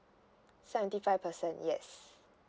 seventy five percent yes